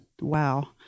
Wow